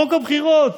חוק הבחירות.